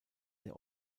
der